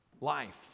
life